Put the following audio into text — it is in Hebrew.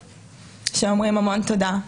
שאומרים: המון תודה,